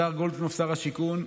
השר גולדקנופ, שר השיכון,